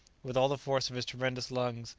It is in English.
with all the force of his tremendous lungs,